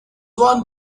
won